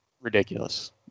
ridiculous